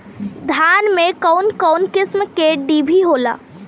धान में कउन कउन किस्म के डिभी होला?